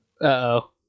Uh-oh